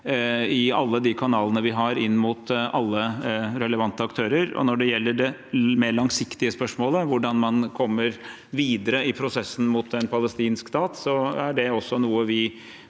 i alle de kanalene vi har inn mot alle relevante aktører. Når det gjelder det mer langsiktige spørsmålet, hvordan man kommer videre i prosessen mot en palestinsk stat, har vi